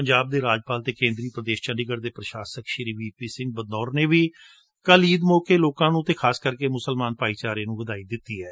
ਪੰਜਾਬ ਦੇ ਰਾਜਪਾਲ ਅਤੇ ਕੇਂਦਰੀ ਪੁਦੇਸ਼ ਚੰਡੀਗੜ ਦੇ ਪੁਸ਼ਾਸਕ ਵੀ ਸਿੰਘ ਬਦਨੌਰ ਨੇ ਕੱਲ਼ ਈਦ ਸੌਕੇ ਲੋਕਾਂ ਨੰ ਅਤੇ ਖਾਸ ਕਰਕੇ ਮੁਸਲਮਾਨ ਭਾਈਚਾਰੇ ਨੂੰ ਵਧਾਈ ਦਿੱਤੀ ਏ